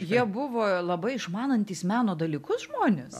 jie buvo labai išmanantys meno dalykus žmonės